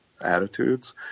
attitudes